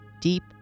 deep